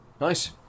Nice